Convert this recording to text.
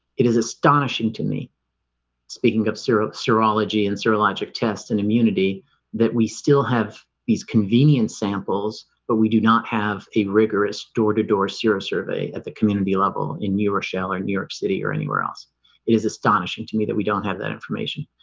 it is astonishing to me speaking of serology and serologic tests and immunity that we still have these convenience samples but we do not have a rigorous door-to-door zero survey at the community level in new rochelle or new york city or anywhere else it is astonishing to me that we don't have that information.